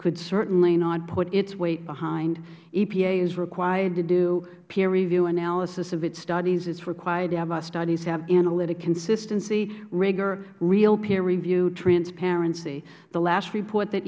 could certainly not put its weight behind epa is required to do peer review analysis of its studies it is required to have our studies have analytic consistency rigor real peer review transparency the last report that